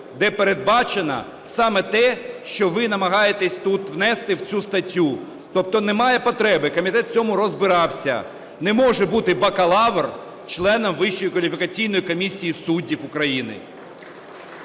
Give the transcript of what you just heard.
де передбачено саме те, що ви намагаєтесь тут внести в цю статтю. Тобто немає потреби. Комітет в цьому розбирався. Не може бути бакалавр членом Вищої